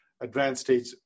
advanced-stage